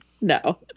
No